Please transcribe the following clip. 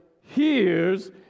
hears